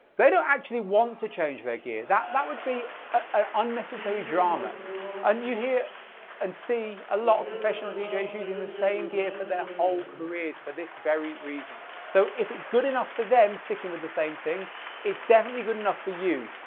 they don't actually want to change their gear, that that would be an unnecessary drama and you hear and see a lot of professional dj using the same gear for their whole careers for this very reason. so if it's good enough for them sticking with the same thing is definitely good enough for you,